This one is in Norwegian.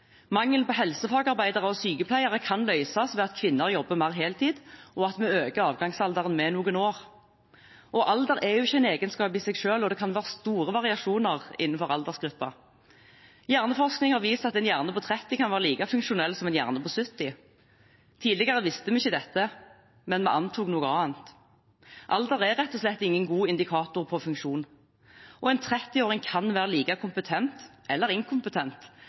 Mangelen på helsefagarbeidere og sykepleiere kan løses ved at kvinner jobber mer heltid, og at vi øker avgangsalderen med noen år. Alder er ikke en egenskap i seg selv, og det kan være store variasjoner innenfor aldersgrupper. Hjerneforskning har vist at en hjerne på 30 år kan være like funksjonell som en hjerne på 70 år. Tidligere visste vi ikke dette, men vi antok noe annet. Alder er rett og slett ingen god indikator på funksjon, og en 30-åring kan være like kompetent eller inkompetent